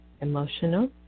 emotional